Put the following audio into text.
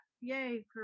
yay